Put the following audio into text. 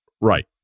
Right